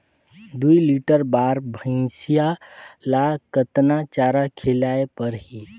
दुई लीटर बार भइंसिया ला कतना चारा खिलाय परही?